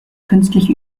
künstlich